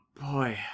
Boy